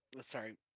sorry